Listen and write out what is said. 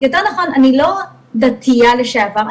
יותר נכון אני לא דתייה לשעבר,